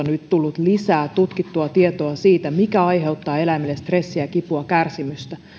nyt tullut kaksikymmentä vuotta lisää tutkittua tietoa siitä mikä aiheuttaa eläimelle stressiä kipua kärsimystä